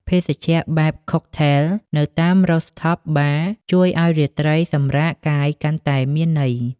ភេសជ្ជៈបែបកុកថែល នៅតាម Rooftop Bar ជួយឱ្យរាត្រីសម្រាកកាយកាន់តែមានន័យ។